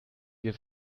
wir